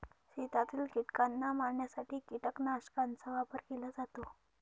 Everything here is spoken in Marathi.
शेतातील कीटकांना मारण्यासाठी कीटकनाशकांचा वापर केला जातो